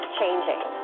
changing